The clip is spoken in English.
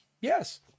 Yes